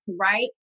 right